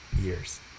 years